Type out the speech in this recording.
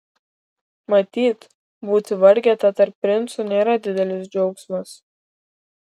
matyt būti vargeta tarp princų nėra didelis džiaugsmas